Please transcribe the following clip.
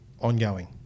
ongoing